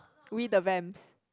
we the vamps